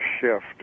shift